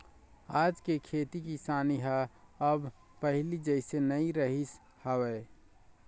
आज के खेती किसानी ह अब पहिली जइसे नइ रहिगे हवय